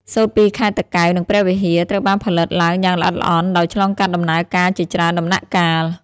សូត្រពីខេត្តតាកែវ និងព្រះវិហារ ត្រូវបានផលិតឡើងយ៉ាងល្អិតល្អន់ ដោយឆ្លងកាត់ដំណើរការជាច្រើនដំណាក់កាល។